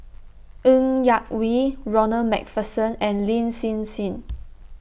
Ng Yak Whee Ronald MacPherson and Lin Hsin Hsin